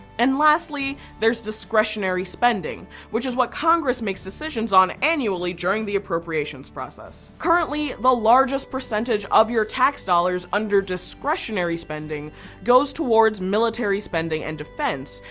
and lastly, there's discretionary spending, which is what congress makes decisions on annually during the appropriations process. currently, the largest percentage of your tax dollars under discretionary spending goes towards military spending and defense.